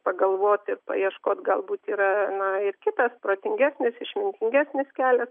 pagalvoti paieškot galbūt yra na ir kitas protingesnis išmintingesnis kelias